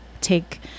take